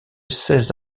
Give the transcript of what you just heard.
seize